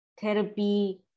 therapy